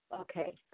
Okay